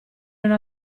una